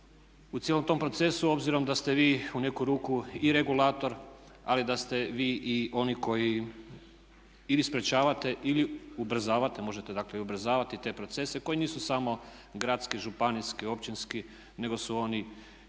u cijelom tom procesu obzirom da ste vi u neku ruku i regulator, ali da ste vi i oni koji ili sprječavate ili ubrzavate, možete dakle i ubrzavati te procese koji nisu samo gradski, županijski, općinski nego su oni i vrlo